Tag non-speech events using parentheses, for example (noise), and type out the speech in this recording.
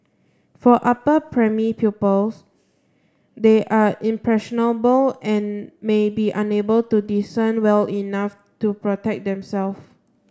for upper (unintelligible) pupils they are impressionable and may be unable to discern well enough to protect themself